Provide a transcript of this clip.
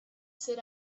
sit